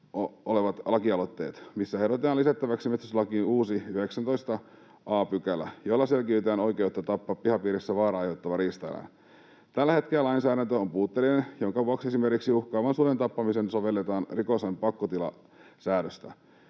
olevat laki-aloitteet, missä ehdotetaan lisättäväksi metsästyslakiin uusi, 19 a §, jolla selkiytetään oikeutta tappaa pihapiirissä vaaraa aiheuttava riistaeläin. Tällä hetkellä lainsäädäntö on puutteellinen, minkä vuoksi esimerkiksi uhkaavan suden tappamiseen sovelletaan rikoslain pakkotilasäännöstä.